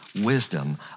wisdom